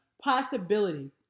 possibility